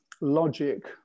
logic